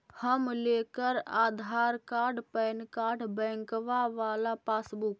हम लेकर Aadhaar card PAN card बैंकवा वाला पासबुक?